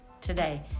today